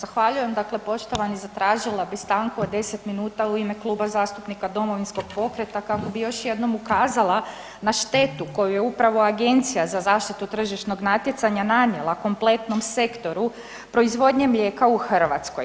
Zahvaljujem poštovani, zatražila bih stanku od 10 minuta u ime Kluba zastupnika Domovinskog pokreta kako bih još jednom ukazala na štetu koju je upravo Agencija za zaštitu tržišnog natjecanja nanijela kompletnom sektoru proizvodnje mlijeka u Hrvatskoj.